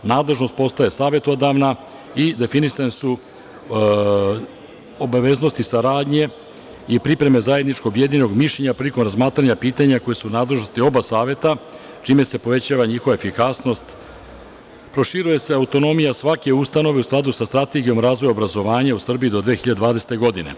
Nadležnost postaje savetodavna i definisane su obaveznosti saradnje i pripreme zajedničkog objedinjenog mišljenja prilikom razmatranja pitanja koja su u nadležnosti oba saveta, čime se povećava njihova efikasnost, proširuje se autonomija svake ustanove u skladu sa Strategijom razvoja i obrazovanja u Srbiji do 2020. godine.